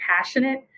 passionate